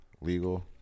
legal